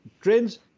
trends